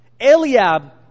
Eliab